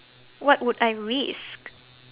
what would I risk